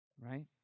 Right